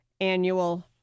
annual